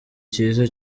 cyiza